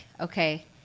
okay